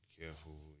careful